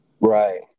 Right